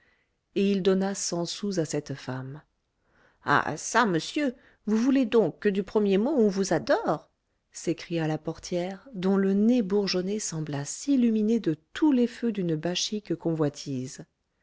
et il donna cent sous à cette femme ah çà monsieur vous voulez donc que du premier mot on vous adore s'écria la portière dont le nez bourgeonné sembla s'illuminer de tous les feux d'une bachique convoitise